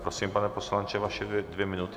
Prosím, pane poslanče, vaše dvě minuty.